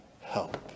help